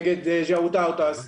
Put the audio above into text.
נגד ז'וטאוטאס.